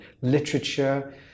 literature